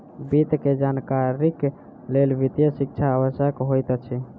वित्त के जानकारीक लेल वित्तीय शिक्षा आवश्यक होइत अछि